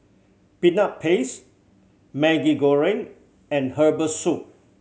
Peanut Paste Maggi Goreng and herbal soup